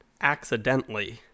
accidentally